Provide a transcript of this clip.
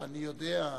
אני יודע.